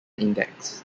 index